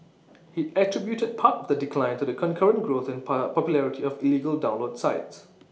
he attributed part of the decline to the concurrent growth in par popularity of illegal download sites